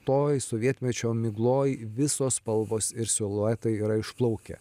toj sovietmečio migloj visos spalvos ir siluetai yra išplaukę